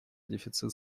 дефицит